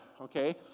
okay